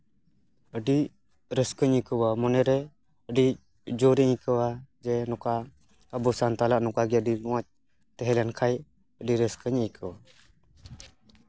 ᱟᱹᱰᱤ ᱨᱟᱹᱥᱠᱟᱹᱧ ᱟᱹᱭᱠᱟᱹᱣᱟ ᱢᱚᱱᱮᱨᱮ ᱟᱹᱰᱤ ᱡᱳᱨ ᱤᱧ ᱟᱹᱭᱠᱟᱹᱣᱟ ᱡᱮ ᱱᱚᱝᱠᱟ ᱟᱵᱚ ᱥᱟᱱᱛᱟᱞᱟᱜ ᱱᱚᱝᱠᱟ ᱜᱮ ᱟᱹᱰᱤ ᱢᱚᱡᱽ ᱛᱟᱦᱮᱸ ᱞᱮᱱᱠᱷᱟᱱ ᱟᱹᱰᱤ ᱨᱟᱹᱥᱠᱟᱹᱧ ᱟᱹᱭᱠᱟᱹᱣᱟ